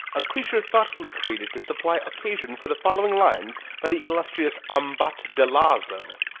a creature thoughtfully created to supply occasion for the following lines by the illustrious ambat delaso